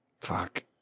Fuck